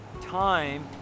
time